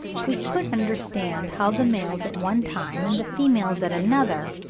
we could understand how the males at one time, and the females at another,